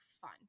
fun